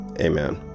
Amen